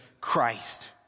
Christ